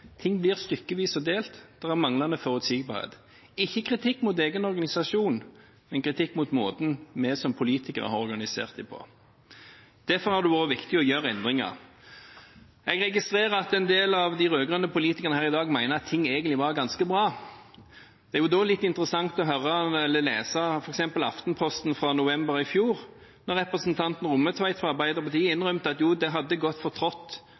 Ting blir stykkevis og delt, og det er manglende forutsigbarhet. Det var ikke kritikk mot egen organisasjon, men kritikk mot måten vi som politikere har organisert dem på. Derfor har det vært viktig å gjøre endringer. Jeg registrerer at en del av de rød-grønne politikerne her i dag mener at ting egentlig var ganske bra. Det er da litt interessant å lese f.eks. Aftenposten fra november i fjor, da representanten Rommetveit fra Arbeiderpartiet innrømte at jo, det hadde gått for trått